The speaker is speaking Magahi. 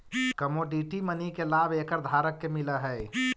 कमोडिटी मनी के लाभ एकर धारक के मिलऽ हई